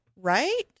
Right